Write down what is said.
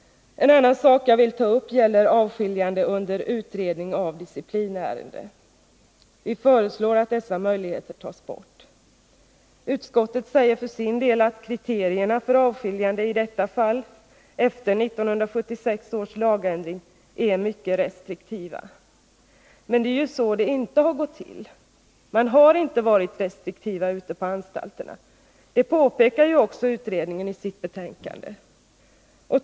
En annan sak jag vill ta upp gäller avskiljande under utredning av disciplinärende. Vi föreslår att dessa möjligheter tas bort. Utskottet säger för sin del att kriterierna för avskiljande i detta fall efter 1976 års lagändring är mycket restriktiva. Men det är ju så det inte har gått till! Man har inte varit restriktiv ute på anstalterna. Det påpekar också utredningen i sitt betänkande.